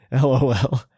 LOL